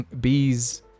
Bees